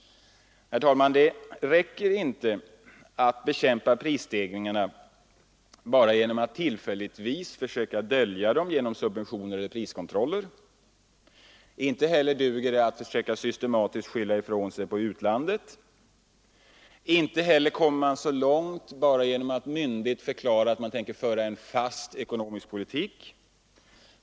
Herr talman! Det räcker inte att försöka bekämpa prisstegringarna genom att tillfälligtvis dölja dem genom subventioner eller priskontroller. Det duger inte heller att systematiskt försöka skylla ifrån sig på utlandet. Inte heller kommer man så långt bara genom att myndigt förklara att man tänker föra en ”fast ekonomisk politik”.